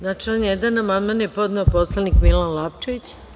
Na član 1. amandman je podneo poslanik Milan Lapčević.